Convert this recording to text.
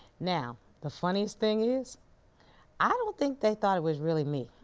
now, the funniest thing is i don't think they thought it was really me